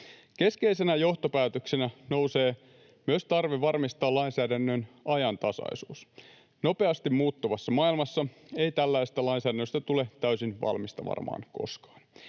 Keskeisenä johtopäätöksenä nousee myös tarve varmistaa lainsäädännön ajantasaisuus. Nopeasti muuttuvassa maailmassa ei tällaisesta lainsäädännöstä tule täysin valmista varmaan koskaan.